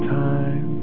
time